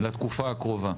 לתקופה הקרובה.